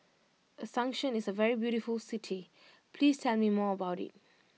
Asuncion is a very beautiful city please tell me more about it